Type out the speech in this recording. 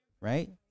right